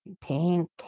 Pink